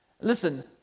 Listen